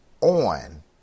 on